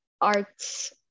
arts